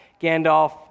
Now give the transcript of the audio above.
Gandalf